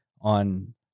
on